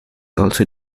also